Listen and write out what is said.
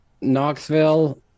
Knoxville